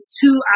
two